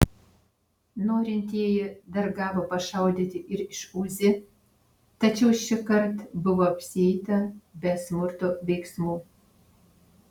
norintieji dar gavo pašaudyti ir iš uzi tačiau šįkart buvo apsieita be smurto veiksmų